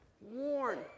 Warn